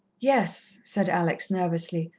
yes, said alex nervously.